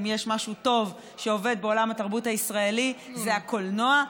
אם יש משהו טוב שעובד בעולם התרבות הישראלי זה הקולנוע,